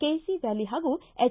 KC valley ಹಾಗೂ H